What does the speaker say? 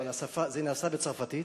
אבל זה נעשה בצרפתית.